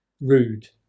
Rude